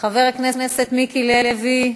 חבר הכנסת מיקי לוי,